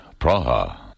Praha